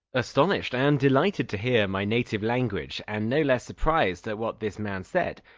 astonished and delighted to hear my native language, and no less surprised at what this man said,